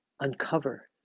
uncover